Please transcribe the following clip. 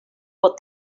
what